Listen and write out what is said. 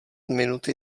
minuty